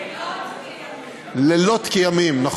לילות כימים.